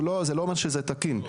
לא אומר שזה תקין.